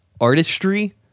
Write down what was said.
artistry